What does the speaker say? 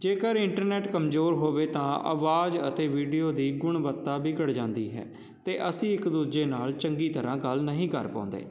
ਜੇਕਰ ਇੰਟਰਨੈਟ ਕਮਜ਼ੋਰ ਹੋਵੇ ਤਾਂ ਆਵਾਜ਼ ਅਤੇ ਵੀਡੀਓ ਦੀ ਗੁਣਵੱਤਾ ਵਿਗੜ ਜਾਂਦੀ ਹੈ ਅਤੇ ਅਸੀਂ ਇੱਕ ਦੂਜੇ ਨਾਲ ਚੰਗੀ ਤਰ੍ਹਾਂ ਗੱਲ ਨਹੀਂ ਕਰ ਪਾਉਂਦੇ